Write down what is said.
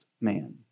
man